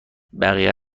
بقیه